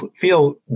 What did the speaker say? feel